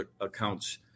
accounts